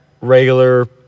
regular